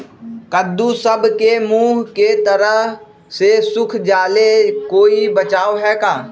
कददु सब के मुँह के तरह से सुख जाले कोई बचाव है का?